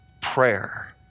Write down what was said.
prayer